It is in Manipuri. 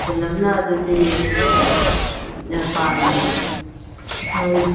ꯄꯨꯂꯞꯅ ꯑꯗꯨꯗꯤ ꯍꯣꯏ ꯄꯥꯒꯤꯒꯦ